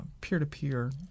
peer-to-peer